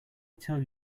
tell